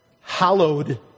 hallowed